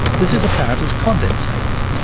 this is apparent as condensates,